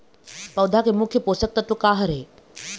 पौधा के मुख्य पोषकतत्व का हर हे?